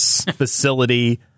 facility